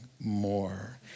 more